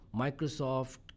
Microsoft